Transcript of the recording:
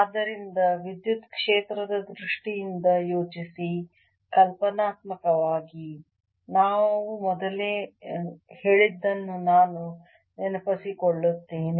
ಆದ್ದರಿಂದ ವಿದ್ಯುತ್ ಕ್ಷೇತ್ರದ ದೃಷ್ಟಿಯಿಂದ ಯೋಚಿಸಿ ಕಲ್ಪನಾತ್ಮಕವಾಗಿ ನಾವು ಮೊದಲೇ ಹೇಳಿದ್ದನ್ನು ನಾನು ನೆನಪಿಸಿಕೊಳ್ಳುತ್ತೇನೆ